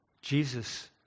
Jesus